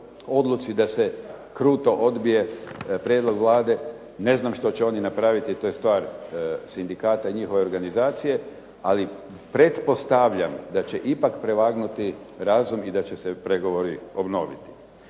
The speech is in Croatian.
odluci da se kruto odbije prijedlog Vlade. Ne znam što će oni napraviti, to je stvar sindikata i njihove organizacije ali pretpostavljam da će ipak prevagnuti razum i da će se pregovori obnoviti.